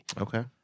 Okay